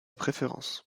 préférence